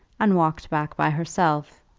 and walked back by herself,